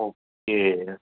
okay